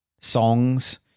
songs